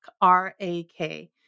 R-A-K